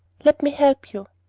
let me help you.